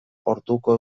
orduko